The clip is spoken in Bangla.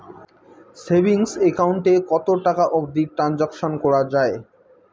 সেভিঙ্গস একাউন্ট এ কতো টাকা অবধি ট্রানসাকশান করা য়ায়?